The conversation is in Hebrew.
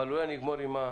אולי נגמור עם זה?